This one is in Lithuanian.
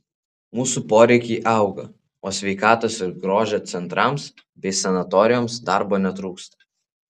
mūsų poreikiai auga o sveikatos ir grožio centrams bei sanatorijoms darbo netrūksta